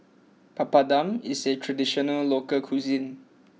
Papadum is a traditional local cuisine